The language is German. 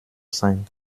sein